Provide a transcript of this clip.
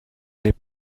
n’ait